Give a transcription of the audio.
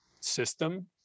system